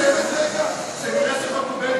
שנראה שחוטובלי